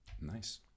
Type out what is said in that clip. nice